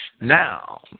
Now